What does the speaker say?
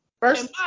first